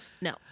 No